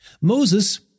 Moses